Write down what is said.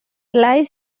lies